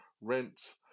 rent